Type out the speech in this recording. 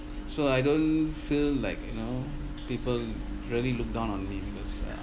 so I don't feel like you know people really look down on me because uh